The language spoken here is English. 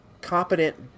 competent